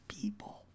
people